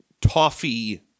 Toffee